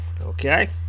okay